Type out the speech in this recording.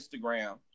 Instagram